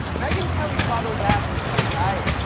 megyn kelly saw those ads and was like, tight.